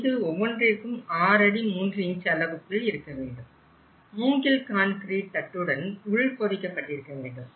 இது ஒவ்வொன்றிற்கும் 6 அடி 3 இன்ச் அளவுக்குள் இருக்க வேண்டும் மூங்கில் கான்கிரீட் தட்டுடன் உள்பொதிக்கப்பட்டிருக்க வேண்டும்